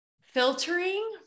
filtering